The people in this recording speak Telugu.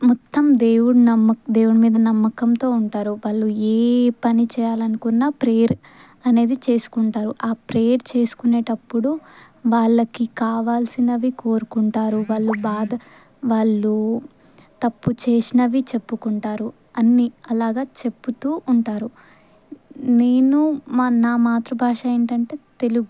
మొత్తం దేవుడు నమ్మ దేవుడి మీద నమ్మకంతో ఉంటారు వాళ్ళు ఏ పని చేయాలనుకున్న ప్రేయర్ అనేది చేసుకుంటారు ఆ ప్రేయర్ చేసుకునేటప్పుడు వాళ్ళకి కావాల్సినవి కోరుకుంటారు వాళ్ళు బాధ వాళ్ళు తప్పు చేసినవి చెప్పుకుంటారు అన్న అలాగా చెప్పుతూ ఉంటారు నేను మా నా మాతృభాష ఏంటంటే తెలుగు